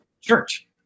church